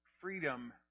freedom